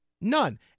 None